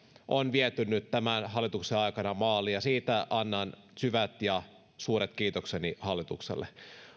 on viety nyt tämän hallituksen aikana maaliin ja siitä annan syvät ja suuret kiitokseni hallitukselle